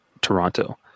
Toronto